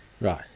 Right